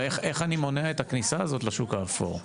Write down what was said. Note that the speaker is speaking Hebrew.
איך אני מונע את הכניסה הזאת לשוק האפור?